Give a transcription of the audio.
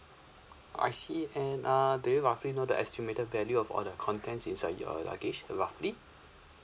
I see and uh do you roughly know the estimated value of all the contents inside your luggage roughly